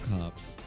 cops